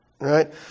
right